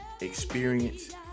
experience